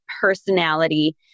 personality